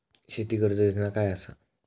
शेती कर्ज योजना काय असा?